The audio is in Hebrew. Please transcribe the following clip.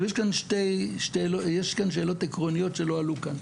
יש כאן שתי שאלות עקרוניות שלא עלו כאן.